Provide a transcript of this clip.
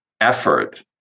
effort